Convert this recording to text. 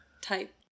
type